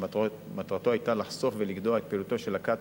שמטרתו היתה לחשוף ולגדוע את פעילות הכת